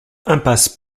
impasse